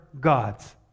gods